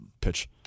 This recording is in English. pitch